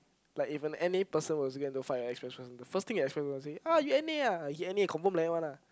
like if an N_A person was get into fight with an express person the first thing an express person will say ah you N_A ah he N_A confirm like that one lah